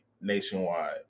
nationwide